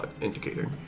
indicator